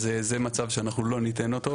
אז זה מצב שאנחנו לא ניתן אותו.